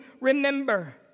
remember